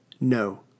no